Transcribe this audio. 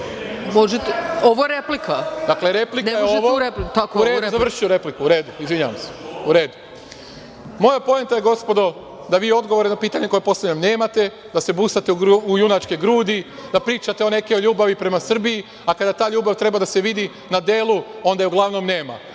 Lazović** Dakle, replika je ovo. U redu, završiću repliku. Izvinjavam se. Moja poenta je, gospodo, da vi odgovore na pitanja koja postavljam nemate, da se busate u junačke grudi, da pričate o nekoj ljubavi prema Srbiji, a kada ta ljubav treba da se vidi na delu, onda je uglavnom nema.